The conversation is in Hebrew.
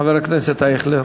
חבר הכנסת אייכלר.